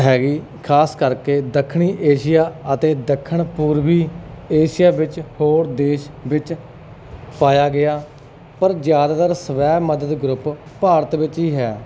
ਹੈਗੀ ਖਾਸ ਕਰਕੇ ਦੱਖਣੀ ਏਸ਼ੀਆ ਅਤੇ ਦੱਖਣ ਪੂਰਵੀ ਏਸ਼ੀਆ ਵਿੱਚ ਹੋਰ ਦੇਸ਼ ਵਿੱਚ ਪਾਇਆ ਗਿਆ ਪਰ ਜ਼ਿਆਦਾਤਰ ਸਵੈ ਮਦਦ ਗਰੁੱਪ ਭਾਰਤ ਵਿੱਚ ਹੀ ਹੈ